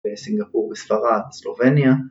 ‫בסינגפור וספרד, סלובניה.